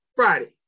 Friday